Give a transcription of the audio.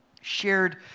shared